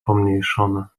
pomniejszone